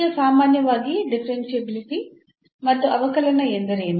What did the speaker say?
ಈಗ ಸಾಮಾನ್ಯವಾಗಿ ಡಿಫರೆನ್ಷಿಯಾಬಿಲಿಟಿ ಮತ್ತು ಅವಕಲನ ಎಂದರೇನು